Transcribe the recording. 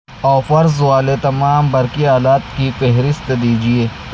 offers والے تمام برقی آلات کی فہرست دیجیے